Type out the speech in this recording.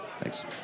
Thanks